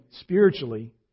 spiritually